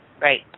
Right